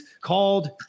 called